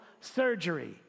surgery